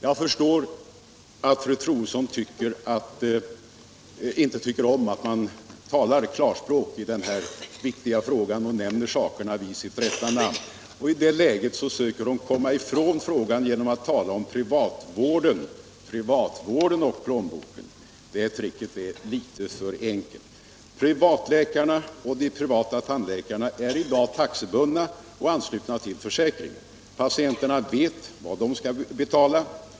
Jag förstår att fru Troedsson inte tycker om att vi talar klarspråk i denna viktiga fråga och nämner sakerna vid deras rätta namn. I det läget söker hon komma ifrån frågan genom att tala om privatvård och plånboken. Det tricket är litet för enkelt. Privatläkarna och de privata tandläkarna är i dag taxebundna och anslutna till försäkringen. Patienterna vet vad de skall betala.